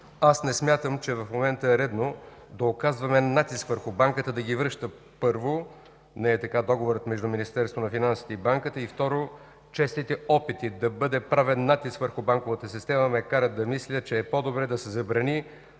„Аз не смятам, че в момента е редно да оказваме натиск върху Банката да ги връща. Първо, не е така договорът между Министерството на финансите и Банката. И второ, честите опити да бъде правен натиск върху банковата система ме карат да мисля, че е по-добре да се забрани